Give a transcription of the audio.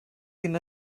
ddim